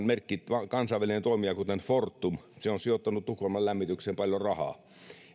merkki kansainvälinen toimija kuten fortum se on sijoittanut tukholman lämmitykseen paljon rahaa